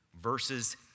verses